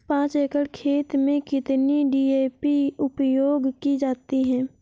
पाँच एकड़ खेत में कितनी डी.ए.पी उपयोग की जाती है?